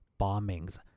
bombings